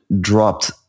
dropped